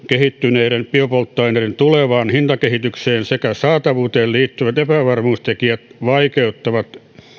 kehittyneiden biopolttoaineiden tulevaan hintakehitykseen sekä saatavuuteen liittyvät epävarmuustekijät vaikeuttavat